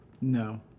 No